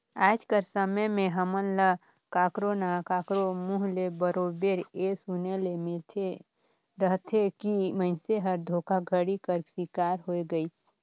आएज कर समे में हमन ल काकरो ना काकरो मुंह ले बरोबेर ए सुने ले मिलते रहथे कि मइनसे हर धोखाघड़ी कर सिकार होए गइस